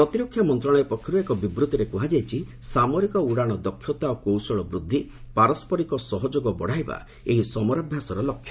ପ୍ରତିରକ୍ଷା ମନ୍ତ୍ରଣାଳୟ ପକ୍ଷରୁ ଏକ ବିବୃତ୍ତିରେ କୁହାଯାଇଛି ସାମରିକ ଉଡ଼ାଣ ଦକ୍ଷତା ଓ କୌଶଳ ବୃଦ୍ଧି ପାରସ୍କରିକ ସହଯୋଗ ବଡ଼ାଇବା ଏହି ସମରାଭ୍ୟାସର ଲକ୍ଷ୍ୟ